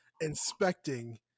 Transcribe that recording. inspecting